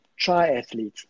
triathlete